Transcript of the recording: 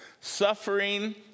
Suffering